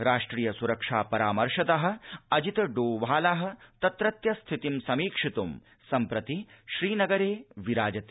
राष्ट्रिय सुरक्षा परामर्शद अजित डोवाल तत्रत्य स्थितिं समीक्षित्ं सम्प्रति श्रीनगरे विराजते